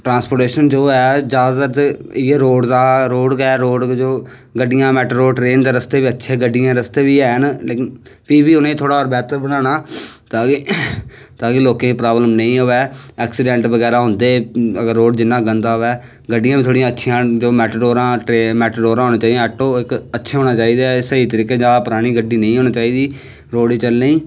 transportation जो ऐ जादातर ते इयै रोड़ दा रोड़ गै ऐ जो गड्डियें मैटाडोर दे रस्ते अच्छे न जो बी ऐ थोह्रा होर उनेंगी बैह्तर बनाना ताकि लोकें गी प्रावलम नेईं अवै ऐक्सिडैंट बगैरा होंदे अगर रोड़ जिन्ना गंदा होऐ गड्डियां बी अच्छियां मैटाडोरां ऐटो अच्छे होना चाहे दे परानी गड्डी नेईं जा अच्चे होने चाही दे रोड़ च चलने गी